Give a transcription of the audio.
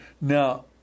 now